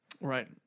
Right